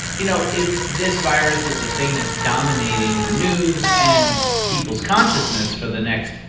you know, if this virus is the thing that's dominating the news and people's consciousness for the next,